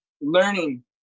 learning